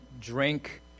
drink